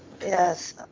Yes